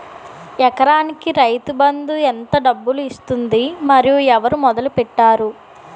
ఎకరానికి రైతు బందు ఎంత డబ్బులు ఇస్తుంది? మరియు ఎవరు మొదల పెట్టారు?